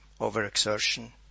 overexertion